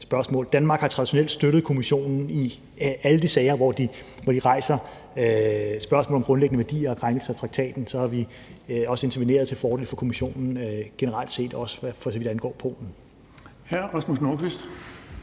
Danmark har traditionelt støttet Kommissionen i alle sager, når de rejser spørgsmålet om grundlæggende værdier og krænkelser af traktaten: Der har vi også interveneret til fordel for Kommissionen, generelt set, og også for så vidt angår Polen. Kl. 17:17 Den fg.